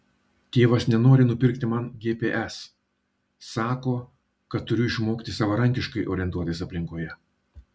tėvas nenori nupirkti man gps sako kad turiu išmokti savarankiškai orientuotis aplinkoje